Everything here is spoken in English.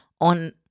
on